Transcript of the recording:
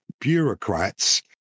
bureaucrats